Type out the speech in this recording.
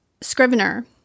Scrivener